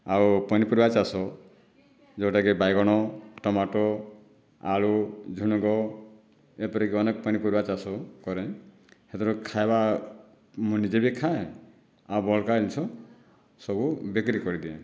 ଆଉ ପନିପରିବା ଚାଷ ଯେଉଁଟାକି ବାଇଗଣ ଟମାଟୋ ଆଳୁ ଝୁଡ଼ଙ୍ଗ ଏପରିକି ଅନେକ ପନିପରିବା ଚାଷ କରେ ସେଥିରୁ ଖାଇବା ମୁଁ ନିଜେ ବି ଖାଏ ଆଉ ବଳକା ଜିନିଷ ସବୁ ବିକ୍ରି କରିଦିଏ